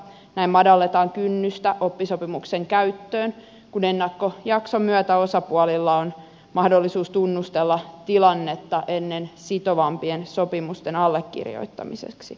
näin madalletaan kynnystä oppisopimuksen käyttöön kun ennakkojakson myötä osapuolilla on mahdollisuus tunnustella tilannetta ennen sitovampien sopimusten allekirjoittamista